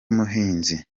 muhinzi